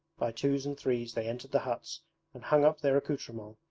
by twos and threes they entered the huts and hung up their accoutrements,